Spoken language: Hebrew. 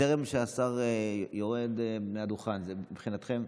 טרם השר יורד מהדוכן, מבחינתכם,